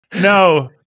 No